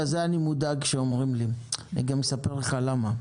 אני מודאג שאומרים לי כך ואגיד לך למה.